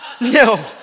No